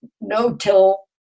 no-till